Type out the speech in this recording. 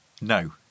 No